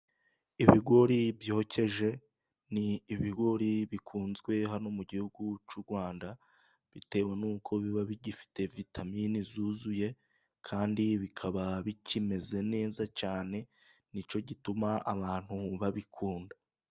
Ibigori byokeje ni ibigori bikunzwe hano mu gihugu cy'u Rwanda, bitewe n'uko biba bigifite vitaminini zuzuye kandi bikaba bikimeze neza cyane, nicyo gituma abantu babikunda.